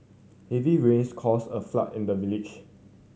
heavy rains caused a flood in the village